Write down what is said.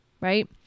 right